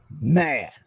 Man